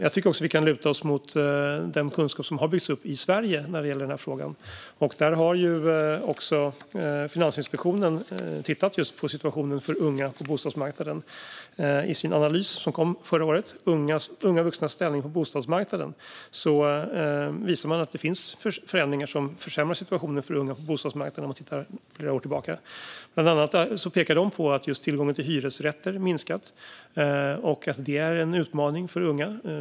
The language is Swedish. Jag tycker också att vi kan luta oss mot den kunskap som har byggts upp i Sverige när det gäller den här frågan. Finansinspektionen har tittat just på situationen för unga på bostadsmarknaden. I sin analys Unga vuxnas ställning på bostadsmarknaden , som kom förra året, visar man att det finns förändringar som försämrat situationen för unga på bostadsmarknaden, om man tittar flera år tillbaka. Bland annat pekar man på att just tillgången till hyresrätter minskat och att det är en utmaning för unga.